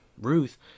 Ruth